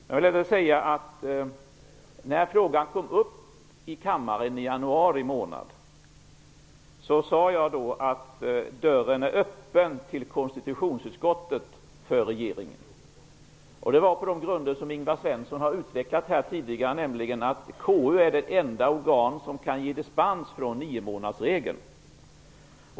Jag vill även säga att när frågan togs upp i kammaren i januri månad sade jag att dörren är öppen till konstitutionsutskottet för regeringen. Det var på de grunder som Ingvar Svensson utvecklade här tidigare. KU är nämligen det enda organ som kan ge dispens från niomånadersregeln.